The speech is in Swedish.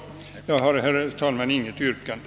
Herr talman! Jag har inget yrkande.